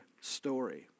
story